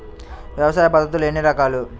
వ్యవసాయ పద్ధతులు ఎన్ని రకాలు?